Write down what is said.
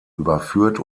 überführt